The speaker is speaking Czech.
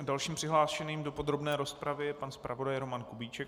Dalším přihlášeným do podrobné rozpravy je pan zpravodaj Roman Kubíček.